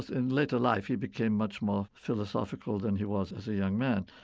in later life he became much more philosophical than he was as a young man.